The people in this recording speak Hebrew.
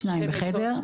שניים בחדר,